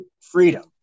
freedom